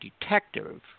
detective